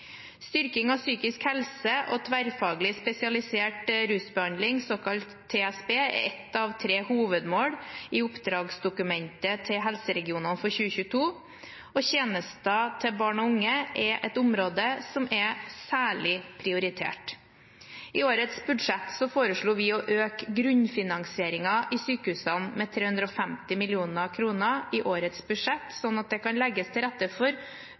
Styrking av psykisk helse og tverrfaglig spesialisert rusbehandling, såkalt TSB, er ett av tre hovedmål i oppdragsdokumentet til helseregionene for 2022. Tjenester til barn og unge er et område som er særlig prioritert. I årets budsjett foreslo vi å øke grunnfinansieringen i sykehusene med 350 mill. kr i årets budsjett, slik at det kan legges til rette for